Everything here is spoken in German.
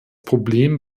problem